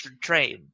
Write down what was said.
train